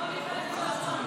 בוא נדחה בשבוע.